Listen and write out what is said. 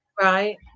Right